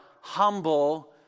humble